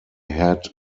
had